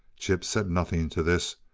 chip said nothing to this,